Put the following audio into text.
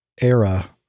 era